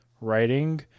writing